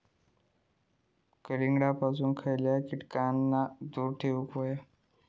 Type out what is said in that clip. कलिंगडापासून खयच्या कीटकांका दूर ठेवूक व्हया?